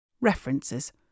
References